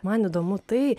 man įdomu tai